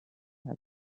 had